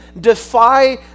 defy